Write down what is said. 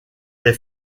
est